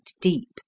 deep